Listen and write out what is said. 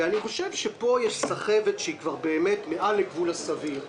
אני חושב שפה יש סחבת שהיא כבר באמת מעל לגבול הסביר.